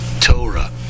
Torah